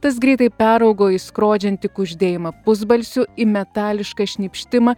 tas greitai peraugo į skrodžiantį kuždėjimą pusbalsiu į metališką šnypštimą